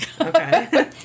okay